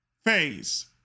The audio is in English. phase